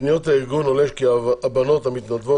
מפניות הארגון עולה כי הבנות המתנדבות